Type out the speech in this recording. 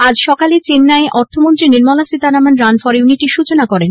আজ সকালে চেন্নাই এ অর্থমন্ত্রী নির্মলা সীতারমন রান ফর ইউনিটির সূচনা করেন